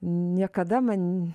niekada man